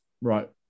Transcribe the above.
right